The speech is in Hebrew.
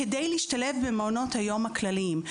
כדי להשתלב במעונות היום הכלליים.